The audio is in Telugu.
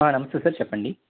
నమస్తే సార్ చెప్పండి